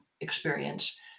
experience